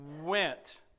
went